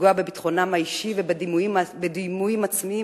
לפגוע בביטחון האישי ובדימוי העצמי,